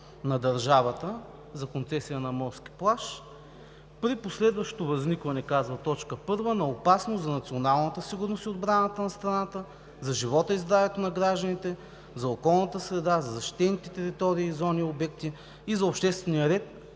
на държавата за концесия на морски плаж. „При последващо възникване“, казва т. 1 „на опасност за националната сигурност и отбраната на страната, за живота и здравето на гражданите, за околната среда, за защитените територии, зони и обекти и за обществения ред,